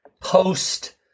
post